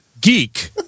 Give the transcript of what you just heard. geek